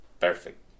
perfect